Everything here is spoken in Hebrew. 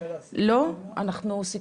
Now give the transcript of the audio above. אני רוצה